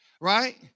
Right